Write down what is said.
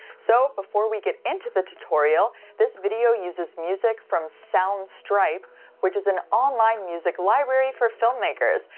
so before we get into the tutorial this video uses music from soundstripe which is an online music library for filmmakers.